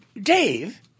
Dave